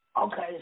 Okay